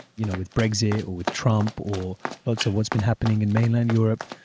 you know with brexit or with trump or lots of what's been happening in mainland europe.